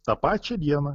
tą pačią dieną